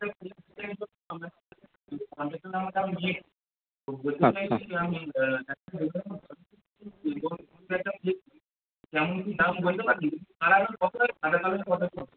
আচ্ছা